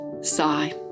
Sigh